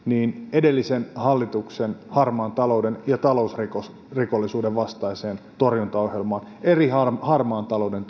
edellisen hallituksen harmaan talouden ja talousrikollisuuden vastaiseen torjuntaohjelmaan eli harmaan talouden